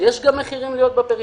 יש גם מחירים להיות בפריפריה,